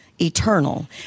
eternal